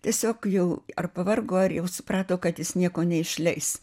tiesiog jau ar pavargo ar jau suprato kad jis nieko neišleis